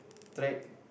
trait